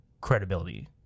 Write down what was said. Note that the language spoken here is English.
credibility